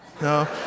No